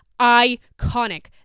iconic